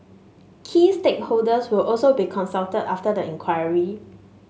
key stakeholders will also be consulted after the inquiry